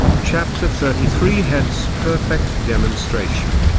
chapter thirty three hence perfect demonstration.